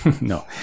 no